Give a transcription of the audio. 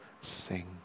sing